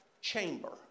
chamber